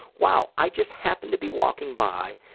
wow, i just happened to be walking by,